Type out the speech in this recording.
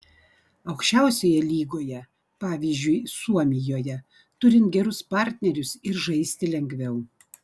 aukščiausioje lygoje pavyzdžiui suomijoje turint gerus partnerius ir žaisti lengviau